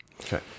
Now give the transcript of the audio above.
Okay